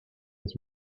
his